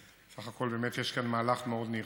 בסך הכול יש כאן מהלך מאוד נרחב.